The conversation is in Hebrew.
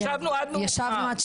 ישבנו עד מאוחר,